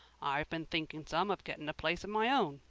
i've been thinking some of gitting a place of my own.